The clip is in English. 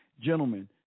gentlemen